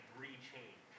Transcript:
re-change